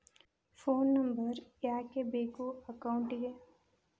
Phone number ಯಾಕೆ ಬೇಕು ಅಕೌಂಟಿಗೆ?